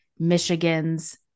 Michigan's